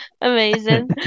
Amazing